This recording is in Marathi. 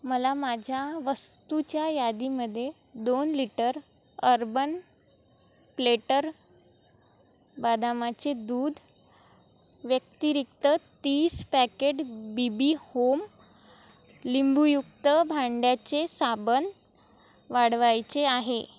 मला माझ्या वस्तूच्या यादीमध्ये दोन लिटर अर्बन प्लेटर बदामाचे दूध व्यतिरिक्त तीस पॅकेट बी बी होम लिंबूयुक्त भांड्याचे साबण वाढवायचे आहे